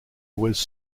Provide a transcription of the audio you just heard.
was